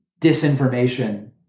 disinformation